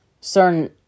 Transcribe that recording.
certain